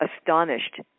Astonished